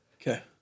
Okay